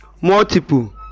multiple